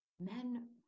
Men